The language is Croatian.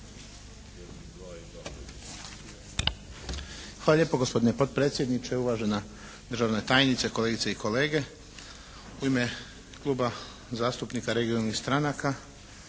Hvala lijepa gospodine potpredsjedniče. Uvažena državna tajnice, kolegice i kolege. U ime Kluba zastupnika regionalnih stranaka